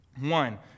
One